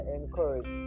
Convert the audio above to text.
encourage